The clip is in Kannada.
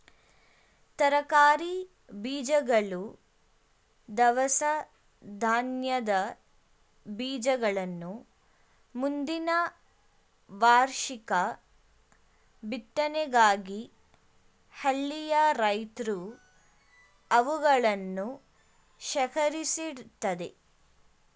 ತರಕಾರಿ ಬೀಜಗಳು, ದವಸ ಧಾನ್ಯದ ಬೀಜಗಳನ್ನ ಮುಂದಿನ ವಾರ್ಷಿಕ ಬಿತ್ತನೆಗಾಗಿ ಹಳ್ಳಿಯ ರೈತ್ರು ಅವುಗಳನ್ನು ಶೇಖರಿಸಿಡ್ತರೆ